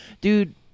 Dude